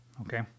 Okay